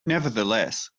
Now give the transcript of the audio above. nevertheless